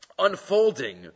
unfolding